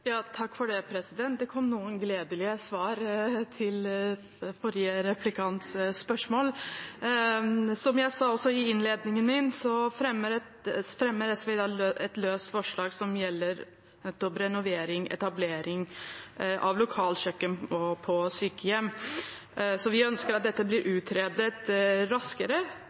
Det kom noen gledelige svar på forrige replikants spørsmål. Som jeg også sa i innledningen min, fremmer SV i dag et forslag som gjelder nettopp renovering og etablering av lokalkjøkken på sykehjem. Vi ønsker at dette blir utredet raskere,